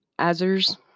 Azers